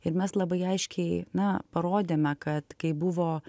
ir mes labai aiškiai na parodėme kad kai buvo